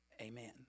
amen